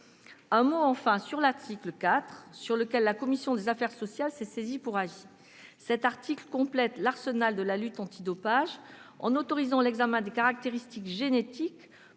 un mot de l'article 4, dont la commission des affaires sociales s'est saisie pour avis. Cet article complète l'arsenal de la lutte antidopage en autorisant l'examen des caractéristiques génétiques